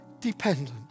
dependent